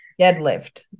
deadlift